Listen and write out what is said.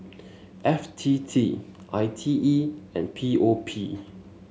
F T T I T E and P O P